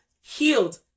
healed